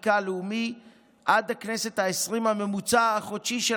אחרת, אבל אנחנו כל הזמן מנהלים איתו דו-שיח.